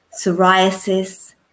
psoriasis